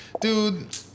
dude